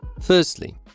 Firstly